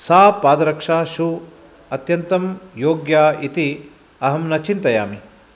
सा पादरक्षा शू अत्यन्तं योग्या इति अहं न चिन्तयामि